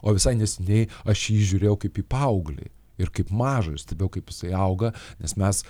o visai neseniai aš į jį žiūrėjau kaip į paauglį ir kaip mažą ir stebėjau kaip jisai auga nes mes